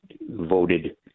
voted